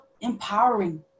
empowering